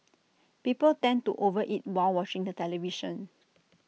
people tend to over eat while watching the television